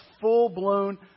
full-blown